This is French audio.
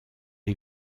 est